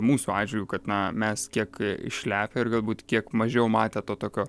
mūsų atžvilgiu kad na mes kiek išlepę ir galbūt kiek mažiau matę to tokio